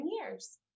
years